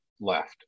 left